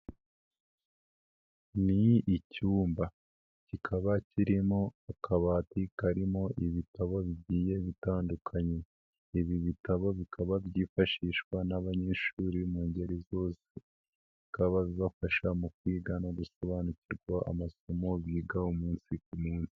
Ni icyumba kikaba kirimo akabati karimo ibitabo bigiye bitandukanye, ibi bitabo bikaba byifashishwa n'abanyeshuri mu ngeri zose bikaba byifashishwa mu kwiga no gusobanukirwa amasomo biga umunsi ku munsi.